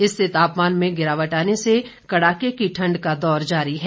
इससे तापमान में गिरावट आने से कड़ाके की ठंड का दौर जारी है